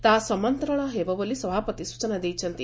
ତାହା ସମାନ୍ତରାଳ ହେବ ବୋଲି ସଭାପତି ସ୍ଚନା ଦେଇଛନ୍ତି